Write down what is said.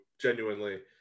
genuinely